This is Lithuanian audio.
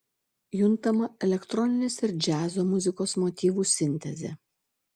juntama elektroninės ir džiazo muzikos motyvų sintezė